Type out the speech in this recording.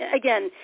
again